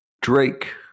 Drake